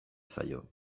zaio